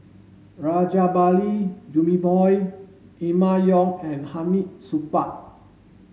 Rajabali Jumabhoy Emma Yong and Hamid Supaat